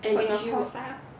for your course ah